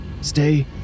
Stay